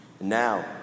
Now